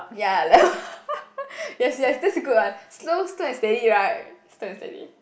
ya yes yes that's a good one slow slow and steady right slow and steady